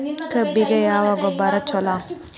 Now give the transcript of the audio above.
ಕಬ್ಬಿಗ ಯಾವ ಗೊಬ್ಬರ ಛಲೋ?